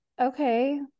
Okay